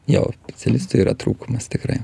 jo specialistų yra trūkumas tikrai